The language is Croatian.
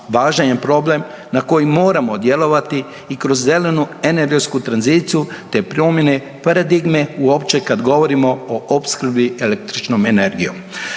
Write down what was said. važan je problem na koji moramo djelovati i kroz zelenu energetsku tranziciju, te promjene paradigme uopće kad govorimo o opskrbi električnom energijom.